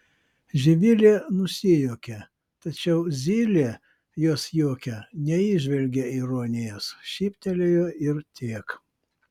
živilė nusijuokė tačiau zylė jos juoke neįžvelgė ironijos šyptelėjo ir tiek